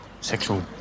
Sexual